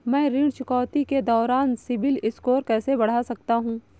मैं ऋण चुकौती के दौरान सिबिल स्कोर कैसे बढ़ा सकता हूं?